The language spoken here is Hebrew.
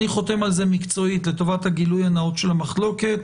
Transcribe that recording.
אני חותם על זה מקצועית לטובת הגילוי הנאות של המחלוקת.